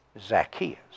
Zacchaeus